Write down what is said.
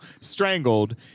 strangled